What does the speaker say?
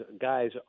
guys